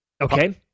Okay